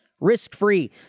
risk-free